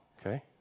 okay